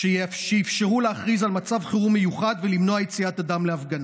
שאפשרו להכריז על מצב חירום מיוחד ולמנוע יציאת אדם להפגנה.